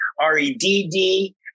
R-E-D-D